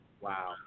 Wow